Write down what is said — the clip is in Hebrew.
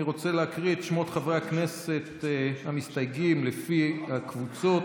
אני רוצה להקריא את שמות חברי הכנסת המסתייגים לפי הקבוצות: